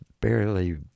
barely